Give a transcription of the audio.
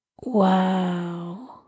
Wow